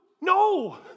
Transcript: no